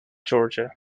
georgia